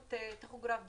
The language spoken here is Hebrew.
בהימצאות טכוגרף דיגיטלי,